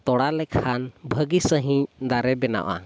ᱛᱚᱲᱟ ᱞᱮᱠᱷᱟᱱ ᱵᱷᱟᱹᱜᱤ ᱥᱟᱺᱦᱤᱡ ᱫᱟᱨᱮ ᱵᱮᱱᱟᱜᱼᱟ